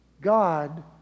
God